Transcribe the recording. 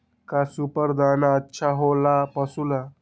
का सुपर दाना अच्छा हो ला पशु ला?